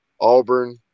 Auburn